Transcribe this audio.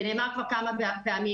זה נאמר כבר כמה פעמים.